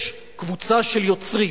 יש קבוצה של יוצרים,